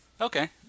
Okay